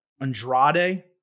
Andrade